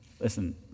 Listen